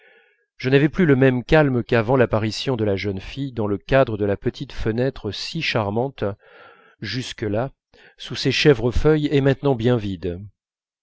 je n'avais plus le même calme qu'avant l'apparition de la jeune fille dans le cadre de la petite fenêtre si charmante jusque-là sous ses chèvrefeuilles et maintenant bien vide